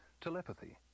telepathy